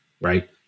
right